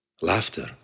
Laughter